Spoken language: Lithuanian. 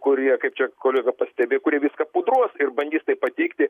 kurie kaip čia kolega pastebėjo kurie viską pudruos ir bandys tai pateikti